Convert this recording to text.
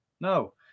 No